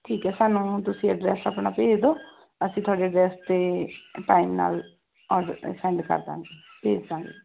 ਠੀਕ ਹੈ ਸਾਨੂੰ ਤੁਸੀਂ ਐਡਰੈਸ ਆਪਣਾ ਭੇਜ ਦਿਓ ਅਸੀਂ ਤੁਹਾਡੇ ਅਡਰੈੱਸ 'ਤੇ ਟਾਈਮ ਨਾਲ ਔਡਰ ਸੈਂਡ ਕਰ ਦਾਂਗੇ ਭੇਜ ਦਾਂਗੇ